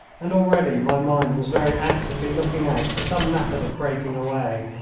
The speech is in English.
and already my mind was very actively looking out for some method of breaking away.